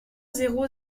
zéro